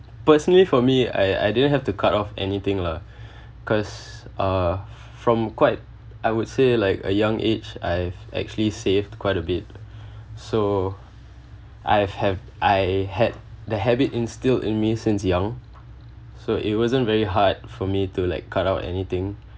personally for me I I didn't have to cut off anything lah cause uh from quite I would say like a young age I've actually saved quite a bit so I have I had the habit instilled in me since young so it wasn't very hard for me to like cut out anything